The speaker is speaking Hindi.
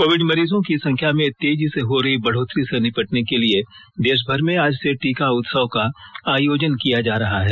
कोविड मरीजों की संख्या में तेजी से हो रही बढ़ोतरी से निपटने के लिए देश भर में आज से टीका उत्सव का आयोजन किया जा रहा है